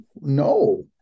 No